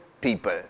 people